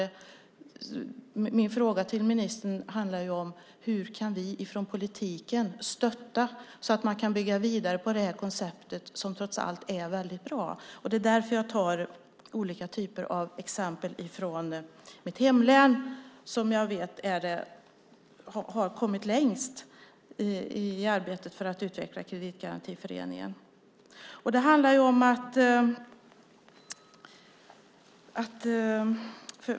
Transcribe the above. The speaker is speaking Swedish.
Min fråga till ministern handlar snarare om hur vi från politiken kan stötta så att man kan bygga vidare på det här konceptet som trots allt är väldigt bra. Det är därför jag tar olika exempel från mitt hemlän som jag vet har kommit längst i arbetet med att utveckla kreditgarantiföreningen.